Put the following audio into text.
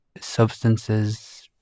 substances